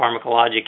pharmacologic